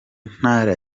ntara